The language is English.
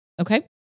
Okay